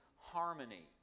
harmony